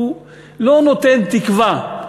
הוא לא נותן תקווה.